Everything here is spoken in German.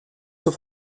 zur